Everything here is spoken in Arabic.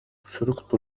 سُرقت